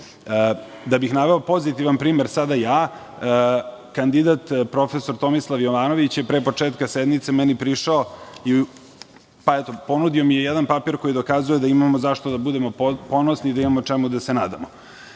Da bih naveo pozitivan primer, kandidat profesor Tomislav Jovanović je pre početka sednice meni prišao i ponudio mi je jedan papir koji dokazuje da imamo zašto da budemo ponosni i da imamo čemu da se nadamo.